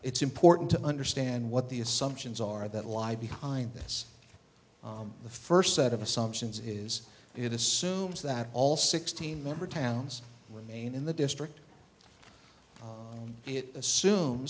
it's important to understand what the assumptions are that lie behind this the first set of assumptions is it assumes that all sixteen member towns remain in the district it assume